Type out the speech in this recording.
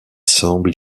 semble